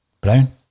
Brown